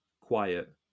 quiet